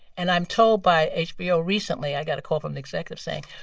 and i'm told by hbo recently i got a call from the executive, saying,